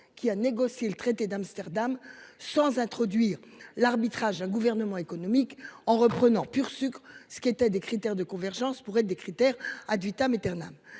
qui a négocié le traité d'Amsterdam sans introduire l'arbitrage un gouvernement économique en reprenant pur sucre ce qui étaient des critères de convergence pour être des critères ad vitam eternam.